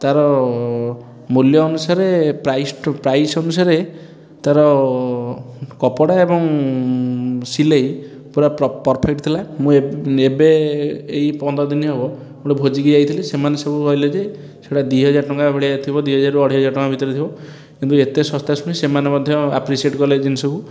ତା'ର ମୂଲ୍ୟ ଅନୁସାରେ ପ୍ରାଇସଠୁ ପ୍ରାଇସ୍ ଅନୁସାରେ ତା'ର କପଡ଼ା ଏବଂ ସିଲେଇ ପୁରା ପରଫେକ୍ଟ ଥିଲା ମୁଁ ଏବେ ଏହି ପନ୍ଦରଦିନ ହେବ ଗୋଟେ ଭୋଜି କି ଯାଇଥିଲି ସେମାନେ ସବୁ କହିଲେ ଯେ ସେଇଟା ଦୁଇହଜାର ଟଙ୍କା ଭଳିଆ ହେଇଥିବ ଦୁଇହଜାରରୁ ଅଢ଼େଇହଜାର ଭିତରେ ଥିବ କିନ୍ତୁ ଏତେ ଶସ୍ତା ଶୁଣିକି ସେମାନେ ଆପ୍ରିସିଏଟ୍ କଲେ ଏ ଜିନଷକୁ